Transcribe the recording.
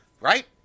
Right